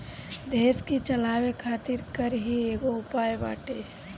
देस के चलावे खातिर कर ही एगो उपाय बाटे